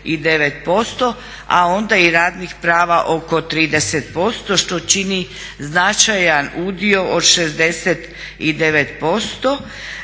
a onda i radnih prava oko 30% što čini značajan udio od 69%